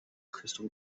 crystal